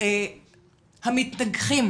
המתנגחים